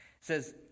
says